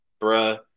Bruh